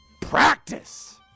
practice